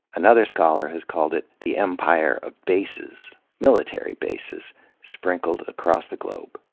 another scholar has called it the empire of bases military bases sprinkled across the globe.